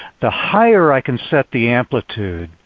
the higher i can set the amplitude,